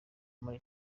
muri